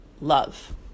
Love